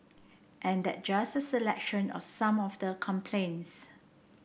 and that's just a selection of some of the complaints